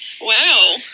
Wow